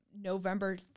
November